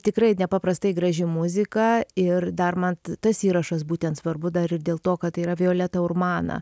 tikrai nepaprastai graži muzika ir dar man tas įrašas būtent svarbu dar ir dėl to kad tai yra violeta urmana